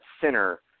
center